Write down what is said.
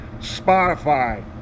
Spotify